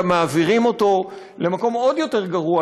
גם מעבירים אותו למקום עוד יותר גרוע,